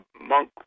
monk